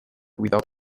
without